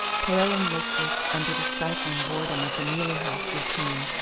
pale and listless under the stifling boredom of the mealey house routine,